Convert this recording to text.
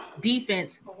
defense